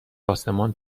آسمان